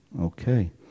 okay